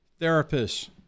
therapists